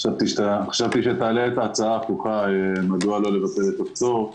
חשבתי שתעלה את ההצעה ההפוכה מדוע לא לבטל את הפטור,